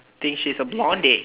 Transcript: think she's a blondie